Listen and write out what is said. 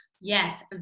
Yes